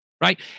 right